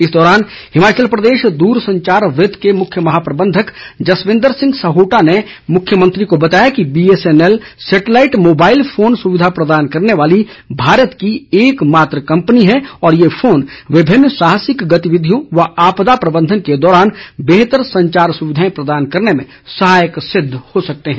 इस दौरान हिमाचल प्रदेश दूर संचार वृत के मुख्य महाप्रबंधक जसविंदर सिंह सहोटा ने मुख्यमंत्री को बताया कि बीएसएनएल सैटेलाईट मोबाईल फोन सुविधा प्रदान करने वाली भारत की एक मात्र कंपनी है और ये फोन विभिन्न साहसिक गतिविधियों व आपदा प्रबंधन के दौरान बेहतर संचार सुविधाएं प्रदान करने में सहायक सिद्ध हो सकते हैं